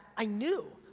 i knew,